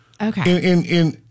Okay